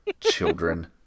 Children